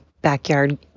backyard